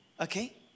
Okay